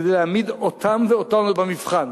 כדי להעמיד אותם ואותנו במבחן,